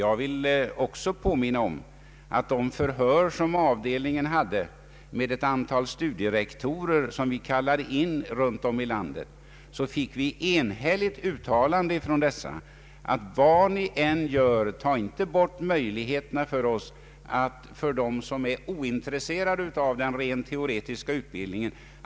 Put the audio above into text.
Jag vill också påminna om att vid de förhör, som avdelningen hade med ett antal studierektorer utifrån, fick vi enhälligt uttalande från dessa att vi absolut inte borde ta bort möjligheterna till ett alternativ för dem som är ointresserade av den rent teoretiska utbildningen.